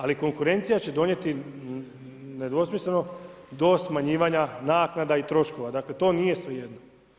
Ali konkurencija će donijeti nedvosmisleno do smanjivanja naknada i troškova dakle to nije svejedno.